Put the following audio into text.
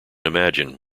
imagine